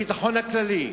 רק לפני עשר שנים,